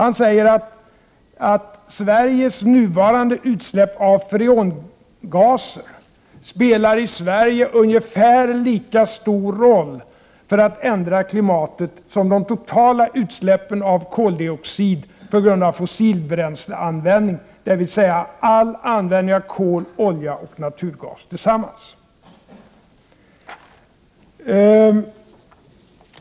Han säger: Sveriges nuvarande utsläpp av freongaser spelar i Sverige ungefär lika stor roll för att ändra klimatet som de totala utsläppen av koldioxid på grund av fossilbränsleanvändning, dvs. all användning av kol, olja och naturgas tillsammans.